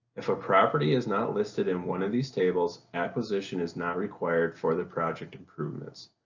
if a property is not listed in one of these tables, acquisition is not required for the project improvements.